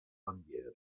bandiera